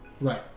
Right